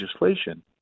legislation